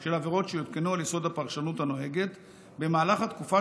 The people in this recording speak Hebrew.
של עבירות שהותקנו על יסוד הפרשנות הנוהגת במהלך תקופה